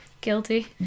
Guilty